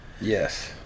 Yes